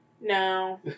No